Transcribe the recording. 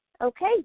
Okay